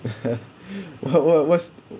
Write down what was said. what what what's